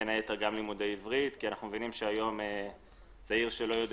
בין היתר לימודי עברית כי אנחנו מבינים שהיום צעיר שלא יודע